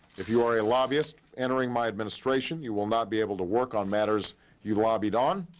if you are a lobbyist entering my administration, you will not be able to work on matters you lobbied on,